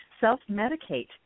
self-medicate